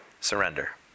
surrender